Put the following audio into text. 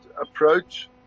approach